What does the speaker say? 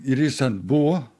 ir jis ten buvo